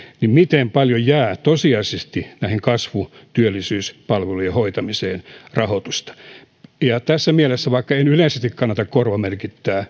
niin miten paljon jää tosiasiallisesti näiden kasvu ja työllisyyspalvelujen hoitamiseen rahoitusta tässä mielessä vaikka en yleisesti kannata korvamerkintää